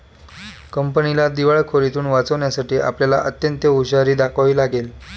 कंपनीला दिवाळखोरीतुन वाचवण्यासाठी आपल्याला अत्यंत हुशारी दाखवावी लागेल